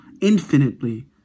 infinitely